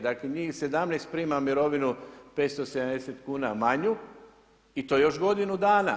Dakle, njih 17 prima mirovina 570 kn manju i to još godinu dana.